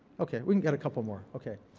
okay, we can get a couple more. okay.